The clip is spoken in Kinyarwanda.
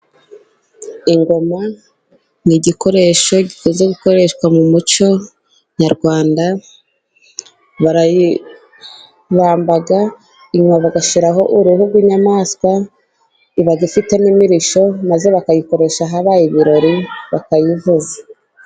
Ingoma ni igikoresho gikunze gukoreshwa mu muco nyarwanda, barayibamba, inyuma bagashiraho uruhu rw' inyamaswa, iba ifite n' imirisho maze bakayikoresha ahabaye ibirori bakayivuza.